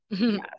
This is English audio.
Yes